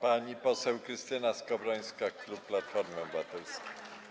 Pani poseł Krystyna Skowrońska, klub Platformy Obywatelskiej.